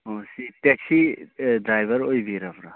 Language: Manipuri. ꯑꯣ ꯁꯤ ꯇꯦꯛꯁꯤ ꯑꯥ ꯗ꯭ꯔꯥꯏꯕꯔ ꯑꯣꯏꯕꯤꯔꯕ꯭ꯔꯥ